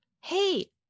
hey